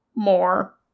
more